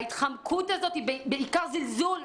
ההתחמקות הזו היא בעיקר זלזול.